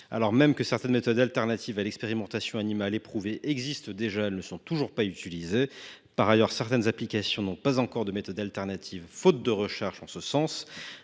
Alors même que certaines méthodes alternatives à l’expérimentation animale existent déjà et sont éprouvées, elles ne sont pas toujours utilisées. Par ailleurs, certaines applications n’ont pas encore de méthode de substitution, faute de recherche en ce sens.